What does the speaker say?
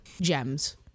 Gems